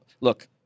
Look